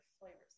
flavors